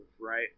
right